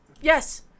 Yes